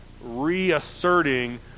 reasserting